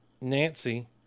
Nancy